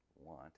want